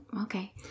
Okay